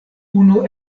unu